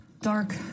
Dark